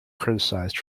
criticized